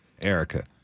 Erica